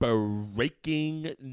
Breaking